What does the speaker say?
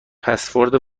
پسورد